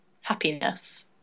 happiness